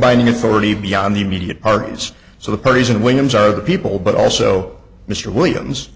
binding authority beyond the immediate archives so the parties and williams are the people but also mr williams